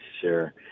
Sure